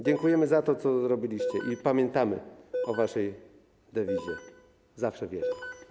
Dziękujemy za to, co zrobiliście, i pamiętamy o waszej dewizie: zawsze wierni.